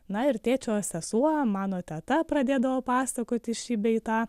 na ir tėčio sesuo mano teta pradėdavo pasakoti šį bei tą